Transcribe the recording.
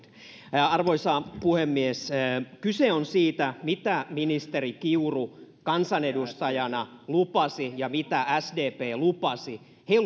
arvoisa puhemies kyse on siitä mitä ministeri kiuru kansanedustajana lupasi ja mitä sdp lupasi he